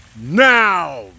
now